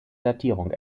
datierung